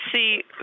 see